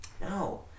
No